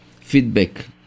feedback